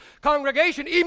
congregation